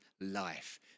life